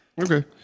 Okay